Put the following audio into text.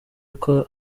uko